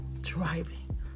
driving